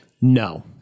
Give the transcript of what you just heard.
No